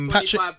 Patrick